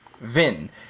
Vin